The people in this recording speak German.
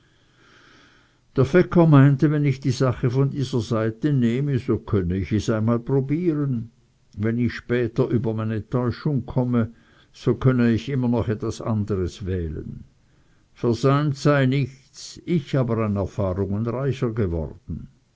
der fecker meinte wenn ich die sache von dieser seite nehme so könne ich es einmal probieren wenn ich später über meine täuschung komme so könne ich immer noch etwas anderes wählen versäumt sei nichts ich aber an erfahrungen reicher geworden